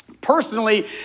Personally